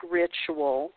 ritual